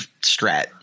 Strat